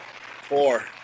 Four